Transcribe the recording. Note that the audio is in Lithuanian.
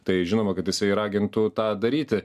tai žinoma kad jisai ragintų tą daryti